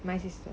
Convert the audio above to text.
my sister